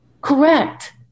Correct